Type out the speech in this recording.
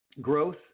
Growth